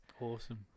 Awesome